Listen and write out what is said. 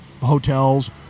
Hotels